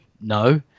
No